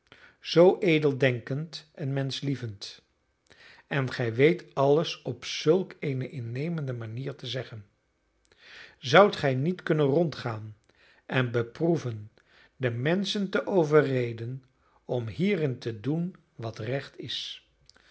zoo edeldenkend en menschlievend en gij weet alles op zulk eene innemende manier te zeggen zoudt gij niet kunnen rondgaan en beproeven de menschen te overreden om hierin te doen wat recht is